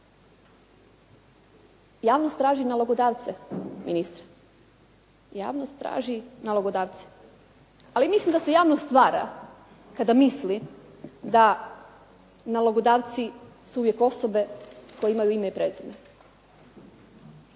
Javnost traži nalogodavce ministre. Javnost traži nalogodavce. Ali mislim da se javnost stvara kada misli da nalogodavci su uvijek osobe koje imaju ime i prezime.